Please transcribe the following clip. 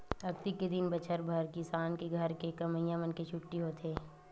अक्ती के दिन बछर भर किसान के घर के कमइया मन के छुट्टी होथे